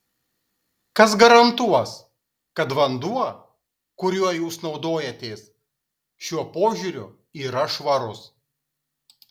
kas garantuos kad vanduo kuriuo jūs naudojatės šiuo požiūriu yra švarus